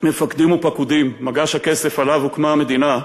מפקדים ופקודים, מגש הכסף שעליו הוקמה המדינה,